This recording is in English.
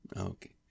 okay